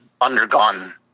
undergone